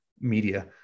media